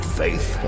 faith